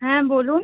হ্যাঁ বলুন